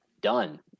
done